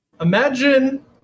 Imagine